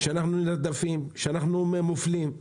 ואנחנו נרדפים, אנחנו מופלים.